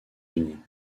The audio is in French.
unis